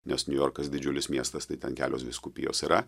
nes niujorkas didžiulis miestas tai ten kelios vyskupijos yra